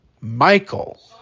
Michael